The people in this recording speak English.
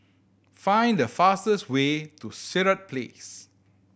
find the fastest way to Sirat Place